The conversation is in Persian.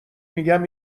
میگم